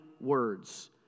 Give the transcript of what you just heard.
words